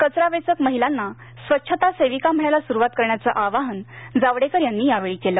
कचरावेचक महिलांना स्वच्छता सेविका म्हणायला सुरुवात करण्याचं आवाहन जावडेकर यांनी यावेळी केलं